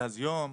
מרכז יום,